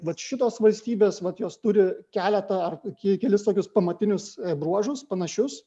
vat šitos valstybės vat jos turi keletą ar kelis tokius pamatinius bruožus panašius